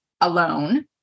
alone